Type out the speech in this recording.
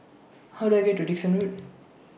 How Do I get to Dickson Road